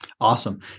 Awesome